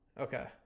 Okay